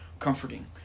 comforting